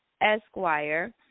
Esquire